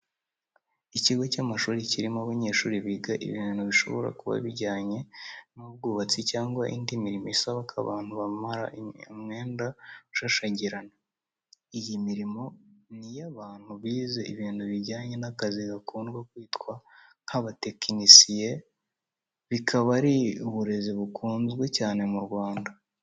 Ikigo cy'amashuri cyirimo abanyeshuri biga ibintu bishobora kuba bijyanye n'ubwubatsi cyangwa indi mirimo isaba ko abantu bamara umwenda ushashagirana. Iyi mirimo niyabantu bize ibintu bijyanye n'akazi gakundwa kwitwa nk'aba tekinisiye bikaba ari iburezi bukunzwe cyane mu Rwanda